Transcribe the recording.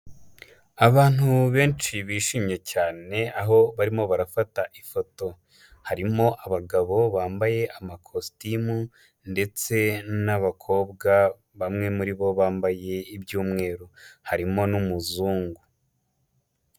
Abantu benshi bishimye cyane, aho barimo barafata ifoto. Harimo abagabo bambaye amakositimu ndetse n'abakobwa bamwe muri bo bambaye iby'umweru. Harimo n'umuzungu.